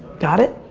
got it?